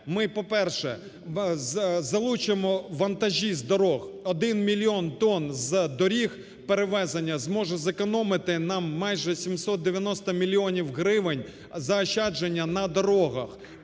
ми, по-перше, залучимо вантажі з доріг, 1 мільйон тон з доріг перевезення зможе зекономити нам майже 790 мільйонів гривень заощадження на дорогах.